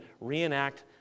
reenact